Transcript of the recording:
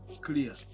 clear